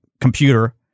computer